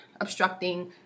obstructing